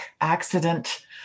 accident